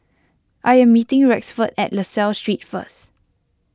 I am meeting Rexford at La Salle Street first